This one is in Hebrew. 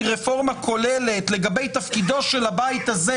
רפורמה כוללת לגבי תפקידו של הבית הזה